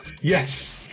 Yes